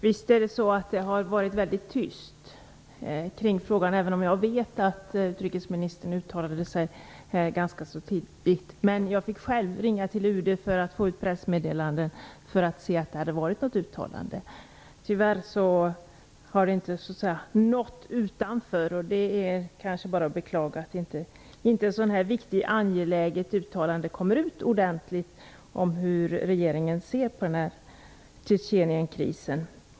Herr talman! Visst har det varit tyst kring den här frågan, även om jag vet att utrikesministern uttalade sig ganska tidigt. Jag fick dock själv ringa till UD för att få ett pressmeddelande för att se att det hade varit något uttalande. Tyvärr har det inte nått ut. Det är bara att beklaga att ett så här angeläget uttalande om hur regeringen ser på Tjetjenienkrisen inte kommer ut ordentligt.